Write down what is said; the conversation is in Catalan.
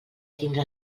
tindre